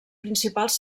principals